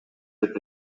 деп